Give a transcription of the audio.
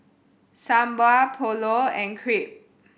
Sambar Pulao and Crepe